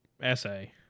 essay